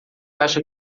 acha